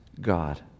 God